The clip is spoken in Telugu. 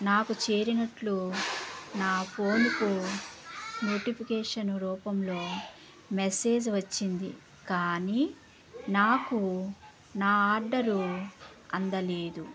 నాకు చేరినట్లు నా ఫోన్కు నోటిఫికేషన్ రూపంలో మెసేజ్ వచ్చింది కానీ నాకు నా ఆర్డరు అందలేదు